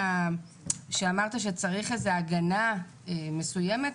אמרת שצריך איזו הגנה מסוימת.